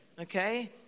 Okay